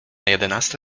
jedenasta